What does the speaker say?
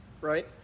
right